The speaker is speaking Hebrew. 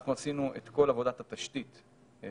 אנחנו עשינו את כל עבודת התשתית המוצעת.